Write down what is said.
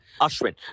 Ashwin